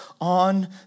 on